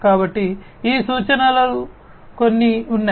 కాబట్టి ఈ సూచనలు కొన్ని ఉన్నాయి